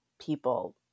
people